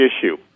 issue